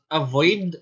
avoid